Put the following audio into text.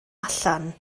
allan